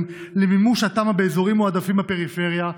למימוש התמ"א באזורים מועדפים בפריפריה,